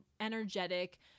energetic